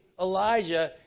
Elijah